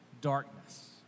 darkness